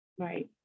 Right